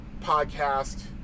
podcast